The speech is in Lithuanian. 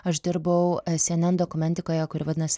aš dirbau cnn dokumentikoje kuri vadinos